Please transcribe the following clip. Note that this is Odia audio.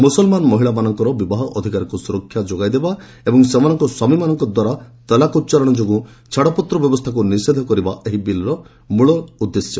ମୁସଲମାନ ମହିଳାମାନଙ୍କର ବିବାହ ଅଧିକାରକୁ ସୁରକ୍ଷା ଦେବା ଏବଂ ସେମାନଙ୍କର ସ୍ୱାମୀମାନଙ୍କର ଦ୍ୱାର ତଲାକ୍ ଉଚ୍ଚାରଣ ଯୋଗୁଁ ଛାଡ଼ପତ୍ର ବ୍ୟବସ୍ଥାକୁ ନିଷେଧ କରିବା ଏହି ବିଲ୍ର ମୂଳଲକ୍ଷ୍ୟ